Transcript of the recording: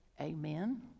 amen